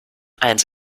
eins